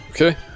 Okay